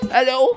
Hello